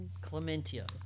Clementia